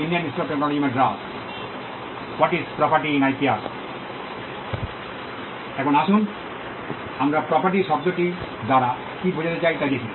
এখন আসুন আমরা প্রপার্টি শব্দটি দ্বারা কী বোঝাতে চাই তা দেখি